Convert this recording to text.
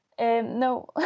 No